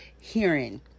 hearing